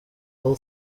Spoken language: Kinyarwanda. all